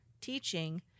teaching